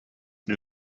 new